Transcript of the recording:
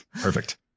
perfect